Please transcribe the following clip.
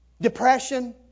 depression